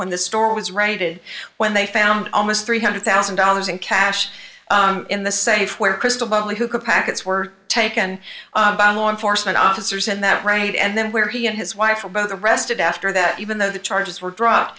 when the store was raided when they found almost three hundred thousand dollars in cash in the safe where crystal bubbly who could packets were taken by law enforcement officers and that right and then where he and his wife were both arrested after that even though the charges were dropped